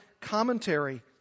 commentary